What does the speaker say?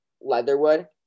Leatherwood